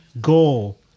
goal